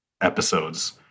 episodes